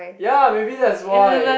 ya maybe that's why